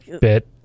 bit